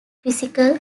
physical